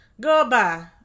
Goodbye